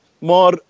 more